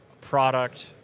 product